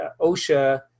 OSHA